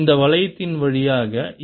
இந்த வளையத்தின் வழியாக ஈ